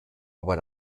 aber